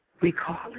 recall